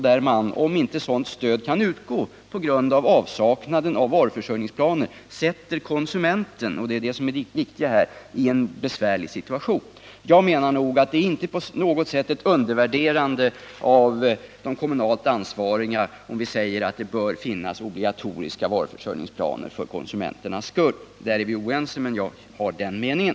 Om då inte sådant stöd kan utgå på grund av avsaknaden av varuförsörjningsplaner försätter man konsumenten — det är det som är det viktiga här — i en besvärlig situation. Det är inte på något sätt uttryck för en undervärdering av de kommunalt ansvariga, om vi säger att det är obligatoriskt att ha varuförsörjningsplaner för konsumenternas skull. På den punkten är vi oense, men jag har den meningen.